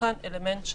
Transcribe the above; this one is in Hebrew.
יש